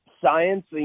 science